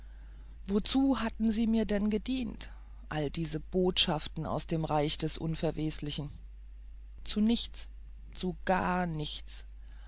wozu hatten sie mir denn gedient alle diese botschaften aus dem reich des unverweslichen zu nichts zu gar gar nichts